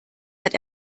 hat